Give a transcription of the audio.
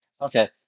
Okay